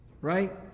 Right